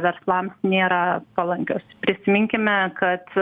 verslams nėra palankios prisiminkime kad